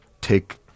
take